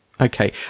Okay